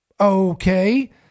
Okay